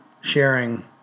Sharing